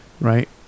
right